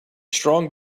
strong